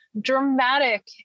dramatic